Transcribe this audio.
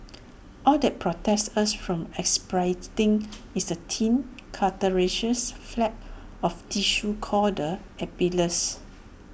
all that protects us from aspirating is A thin cartilaginous flap of tissue called the epiglottis